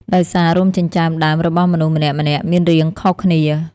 ដោយសារ រោមចិញ្ចើមដើមរបស់មនុស្សម្នាក់ៗមានរាងខុសគ្នា។